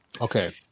okay